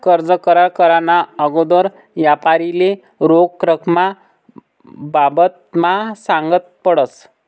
कर्ज करार कराना आगोदर यापारीले रोख रकमना बाबतमा सांगनं पडस